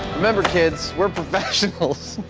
remember, kids, we're professionals.